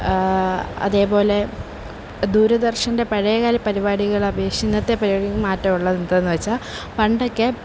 അതേപോലെ ദൂരദർശൻ്റെ പഴയകാല പരിപാടികൾ അപേക്ഷിച്ച് ഇന്നത്തെ പരിപാടികൾക്ക് മാറ്റമുള്ളത് എന്തെന്ന് വച്ചാൽ പണ്ടൊക്കെ